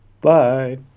Bye